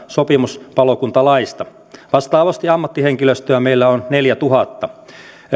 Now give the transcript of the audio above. sopimuspalokuntalaista vastaavasti ammattihenkilöstöä meillä on neljännentuhannennen